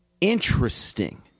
Interesting